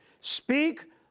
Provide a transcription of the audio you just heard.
Speak